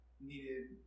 needed